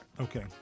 Okay